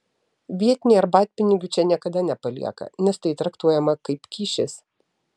vietiniai arbatpinigių čia niekada nepalieka nes tai traktuojama kaip kyšis